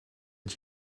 het